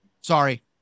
Sorry